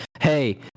hey